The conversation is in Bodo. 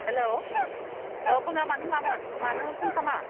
हेल' अ बुङा मानो मामोन मानो फन खामा